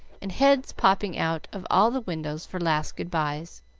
and heads popping out of all the windows for last good-byes.